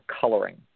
coloring